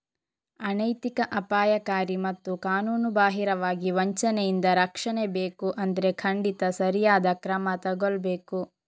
ಅನೈತಿಕ, ಅಪಾಯಕಾರಿ ಮತ್ತು ಕಾನೂನುಬಾಹಿರವಾಗಿರುವ ವಂಚನೆಯಿಂದ ರಕ್ಷಣೆ ಬೇಕು ಅಂದ್ರೆ ಖಂಡಿತ ಸರಿಯಾದ ಕ್ರಮ ತಗೊಳ್ಬೇಕು